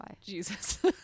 Jesus